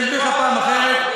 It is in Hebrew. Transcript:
אסביר לך בפעם אחרת.